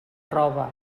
roba